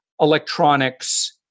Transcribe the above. electronics